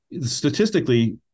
statistically